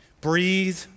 Breathe